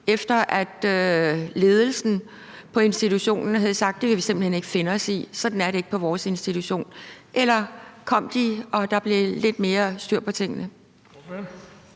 efter at ledelsen på institutionen havde sagt, at det ville man simpelt hen ikke finde sig i, altså sådan er det ikke på vores institution? Eller kom de, og kom der så lidt mere styr på tingene?